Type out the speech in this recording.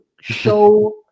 show